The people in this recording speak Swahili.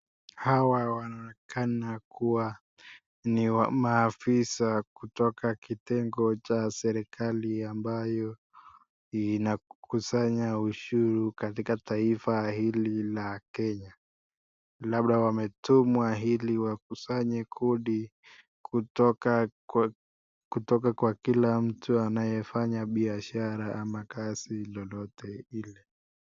Hawa wanaonekana kuwa ni maafisa kutoka kitengo cha serikali ambayo inakusanya ushuru katika taifa hili la Kenya. Labda wametumwa ili wakusanye kodi kutoka kwa kila mtu anayefanya biashara ama kazi lolote ile.